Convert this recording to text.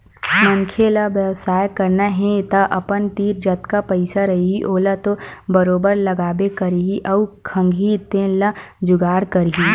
मनखे ल बेवसाय करना हे तअपन तीर जतका पइसा रइही ओला तो बरोबर लगाबे करही अउ खंगही तेन ल जुगाड़ करही